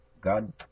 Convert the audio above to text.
God